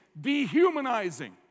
dehumanizing